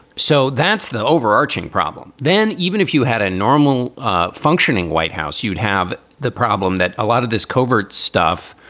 so that's the overarching problem. then, even if you had a normal ah functioning white house, you'd have the problem that a lot of this covert stuff,